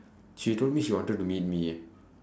she told me she wanted to meet me